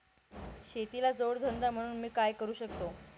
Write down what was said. शेतीला जोड धंदा म्हणून मी काय करु शकतो?